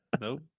Nope